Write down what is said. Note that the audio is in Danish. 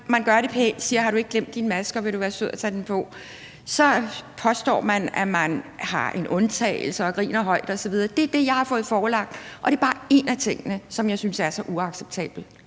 man siger det pænt: Har du ikke glemt din maske, og vil du være sød at tage den på? Så påstår man, at man har en undtagelse og griner højt osv. Det er det, som jeg har fået forelagt, og det er bare en af tingene, som jeg synes er så uacceptable.